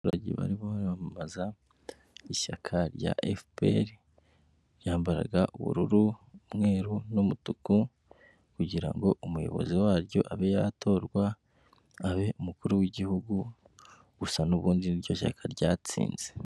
Abaturage bari baramamaza ishyaka rya fpr ryambaraga ubururu, umweru, n'umutuku, kugira ngo umuyobozi waryo abe yatorwa abe umukuru w'igihugu gusa n'ubundi niryo shyaka ryatsinze.